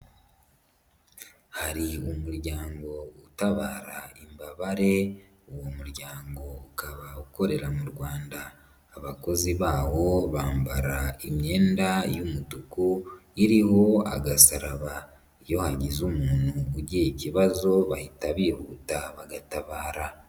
Hari umuryango utabara imbabare uwo muryango ukaba ukorera mu Rwanda abakozi bawo bambara imyenda y'umutuku iriho agasaraba iyo hagize umuntu ugira ikibazo bahita bihuta bagatabara.